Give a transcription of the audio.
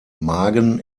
magen